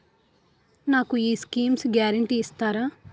నాకు ఈ schemes guarantee చెప్తారా?